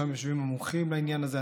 ששם יושבים המומחים לעניין הזה.